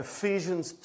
Ephesians